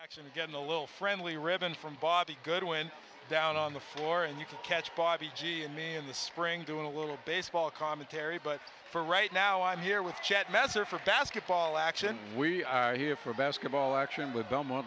actually getting a little friendly ribbon from bobby goodwin down on the floor and you can catch bobby g and me in the spring doing a little baseball commentary but for right now i'm here with chad messer for basketball action we are here for basketball action with belmont